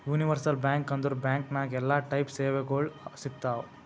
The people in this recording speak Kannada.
ಯೂನಿವರ್ಸಲ್ ಬ್ಯಾಂಕ್ ಅಂದುರ್ ಬ್ಯಾಂಕ್ ನಾಗ್ ಎಲ್ಲಾ ಟೈಪ್ ಸೇವೆಗೊಳ್ ಸಿಗ್ತಾವ್